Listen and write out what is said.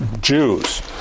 Jews